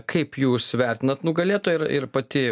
kaip jūs vertinat nugalėtoją ir ir pati